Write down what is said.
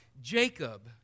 Jacob